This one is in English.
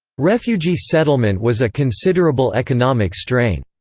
refugee settlement was a considerable economic strain.